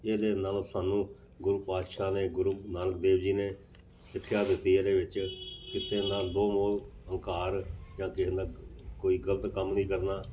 ਇਹਦੇ ਨਾਲ ਸਾਨੂੰ ਗੁਰੂ ਪਾਤਸ਼ਾਹ ਨੇ ਗੁਰੂ ਨਾਨਕ ਦੇਵ ਜੀ ਨੇ ਸਿੱਖਿਆ ਦਿੱਤੀ ਇਹਦੇ ਵਿੱਚ ਕਿਸੇ ਨਾਲ ਮੋਹ ਹੰਕਾਰ ਜਾਂ ਕਿਸੇ ਦਾ ਕੋਈ ਗਲਤ ਕੰਮ ਨਹੀਂ ਕਰਨਾ